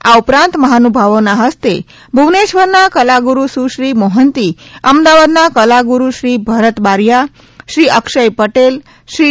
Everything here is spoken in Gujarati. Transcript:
આ ઉપરાંત મહાનુભાવોના હસ્તે ભુવનેશ્વરના કલાગુરૂ સુશ્રી મોહેંતીઓડીસી અમદાવાદના કલાગુરુ શ્રી ભરત બારીયા શ્રી અક્ષય પટેલ શ્રી કુ